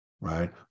right